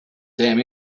damn